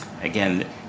Again